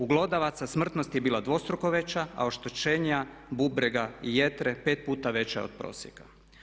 U glodavaca smrtnost je bila dvostruko veća a oštećenja bubrega i jetre 5 puta veća od prosjeka.